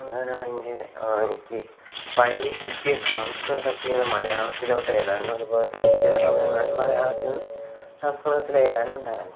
ഞാനാണെങ്കിൽ അവിടെ എനിക്ക് പരീക്ഷയ്ക്ക് സംസ്കൃതത്തിന് മലയാളത്തിലോട്ട് എഴുതാനും അതുപോലെതന്നെ ചില സമയങ്ങളിൽ മലയാളത്തിൽ നിന്ന് സംസ്കൃതത്തിൽ എഴുതാനും ഉണ്ടായിരുന്നു